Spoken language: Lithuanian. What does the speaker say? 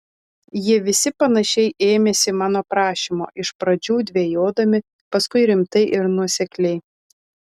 jie visi panašiai ėmėsi mano prašymo iš pradžių dvejodami paskui rimtai ir nuosekliai